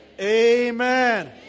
Amen